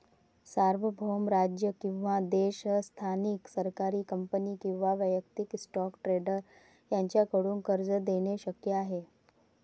सार्वभौम राज्य किंवा देश स्थानिक सरकारी कंपनी किंवा वैयक्तिक स्टॉक ट्रेडर यांच्याकडून कर्ज देणे शक्य आहे